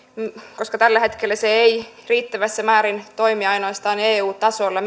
koska tällä hetkellä se ei riittävässä määrin toimi vaan ainoastaan eu tasolla